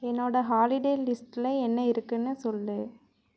என்னோடய ஹாலிடே லிஸ்ட்டில் என்ன இருக்குதுன்னு சொல்